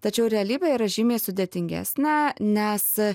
tačiau realybė yra žymiai sudėtingesnė nes